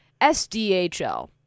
SDHL